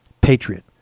Patriot